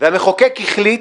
והמחוקק החליט